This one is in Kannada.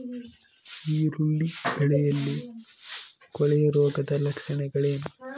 ಈರುಳ್ಳಿ ಬೆಳೆಯಲ್ಲಿ ಕೊಳೆರೋಗದ ಲಕ್ಷಣಗಳೇನು?